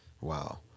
Wow